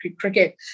cricket